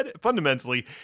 fundamentally